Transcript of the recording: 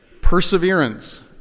Perseverance